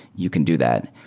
you can do that.